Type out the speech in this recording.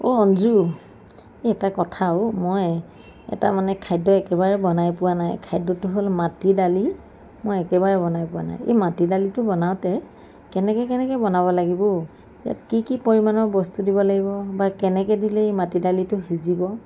অ' অঞ্জু এটা কথা অ' মই এটা মানে খাদ্য একেবাৰে বনাই পোৱা নাই খাদ্যটো হ'ল মাটি দালি মই একেবাৰে বনাই পোৱা নাই এই মাটি দালিটো বনাওঁতে কেনেকৈ কেনেকৈ বনাব লাগিব অ' ইয়াত কি কি পৰিমাণৰ বস্তু দিব লাগিব বা কেনেকে দিলে এই মাটি দালিটো সিজিব